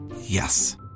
Yes